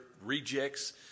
rejects